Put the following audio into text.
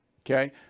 Okay